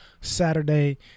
Saturday